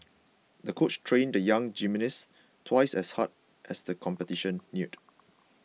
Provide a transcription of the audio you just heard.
the coach trained the young gymnast twice as hard as the competition neared